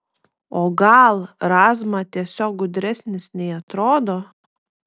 o gal razma tiesiog gudresnis nei atrodo